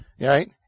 right